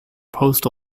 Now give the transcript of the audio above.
post